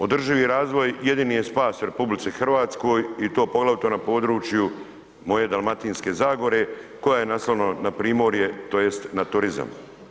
Održivi razvoj jedini je spas RH i to poglavito na području moje Dalmatinske zagore koja je … na Primorje tj. na turizam.